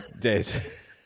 days